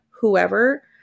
whoever